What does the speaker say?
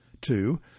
Two